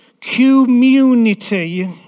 community